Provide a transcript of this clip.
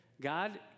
God